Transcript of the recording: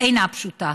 אומנם אינה פשוטה,